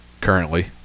currently